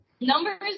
Numbers